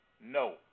no